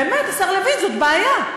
באמת, השר לוין, זאת בעיה.